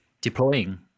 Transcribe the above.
deploying